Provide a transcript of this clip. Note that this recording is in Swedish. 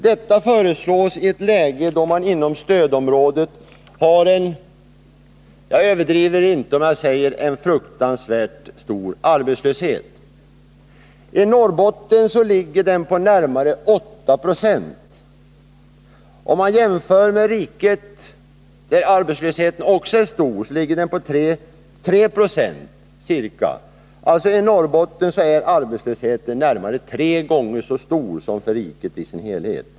Detta föreslås i ett läge då man inom stödområdet har en — jag överdriver inte om jag säger fruktansvärt stor — arbetslöshet. I Norrbotten ligger den på närmare 8 26. Om man jämför med riket i övrigt, där arbetslösheten också är stor, finner man att den där ligger på ca 3 9. I Norrbotten är arbetslösheten alltså närmare tre gånger så stor som för riket i dess helhet.